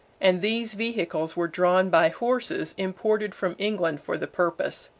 and these vehicles were drawn by horses imported from england for the purpose.